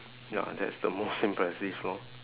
ya that's the most impressive lor